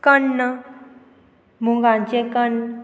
कन्न मुगांचे कन्न